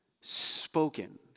spoken